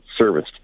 serviced